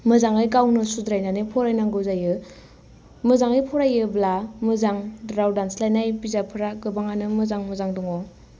मोजाङै गावनो सुद्रायनानै फरायनांगौ जायो मोजाङै फरायोब्ला मोजां राव दानस्लायनाय बिजाबफोरा गोबाङानो मोजां मोजां दङ